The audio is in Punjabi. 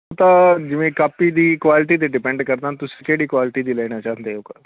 ਤਾਂ ਜਿਵੇਂ ਕਾਪੀ ਦੀ ਕੁਆਲਿਟੀ 'ਤੇ ਡਿਪੈਂਡ ਕਰਦਾ ਤੁਸੀਂ ਕਿਹੜੀ ਕੁਆਲਿਟੀ ਦੀ ਲੈਣਾ ਚਾਹੁੰਦੇ ਹੋ ਕਾਪੀ